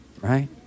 right